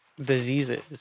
diseases